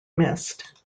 missed